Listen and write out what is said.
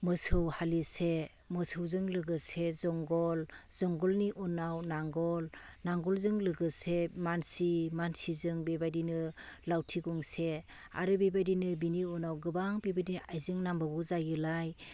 मोसौ हालिसे मोसौजों लोगोसे जुंगाल जुंगालनि उनाव नांगोल नांगोलजों लोगोसे मानसि मानसिजों बेबायदिनो लावथि गंसे आरो बेबायदिनो बिनि उनाव गोबां बेबायदि आइजें नांबावगौ जायोलाय